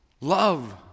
Love